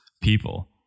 people